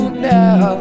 now